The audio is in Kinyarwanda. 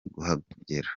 kuhagera